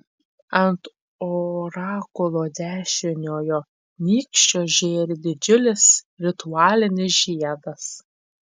ant orakulo dešiniojo nykščio žėri didžiulis ritualinis žiedas